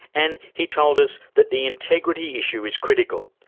and he told us that the integrity issue is critical,